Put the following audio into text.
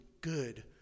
good